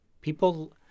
People